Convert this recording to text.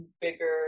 bigger